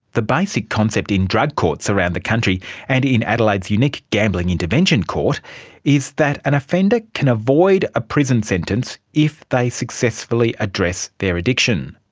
the basic concept in drug courts around the country and in adelaide's unique gambling intervention court is that an offender can avoid a prison sentence if they successfully address their addiction.